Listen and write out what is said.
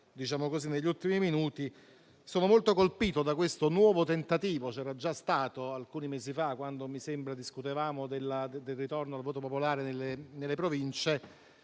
sopraggiunta negli ultimi minuti. Sono molto colpito da questo nuovo tentativo, che c'era già stato alcuni mesi fa quando discutevamo del ritorno al voto popolare nelle Province,